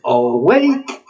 awake